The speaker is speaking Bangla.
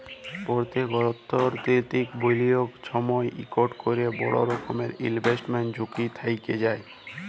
প্যত্তেক অথ্থলৈতিক বিলিয়গের সময়ই ইকট ক্যরে বড় রকমের ইলভেস্টমেল্ট ঝুঁকি থ্যাইকে যায়